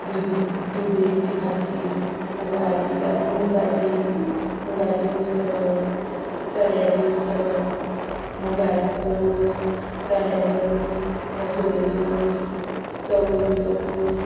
दुदी दुदयेची भाजी मुगाची गा मुगाटी मुगाची उसळ चण्याची उसळ मुगाचो रोस चण्याचो रोस मसुरेचो रोस चवळीचो रोस